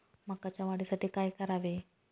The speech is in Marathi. मकाच्या वाढीसाठी काय करावे?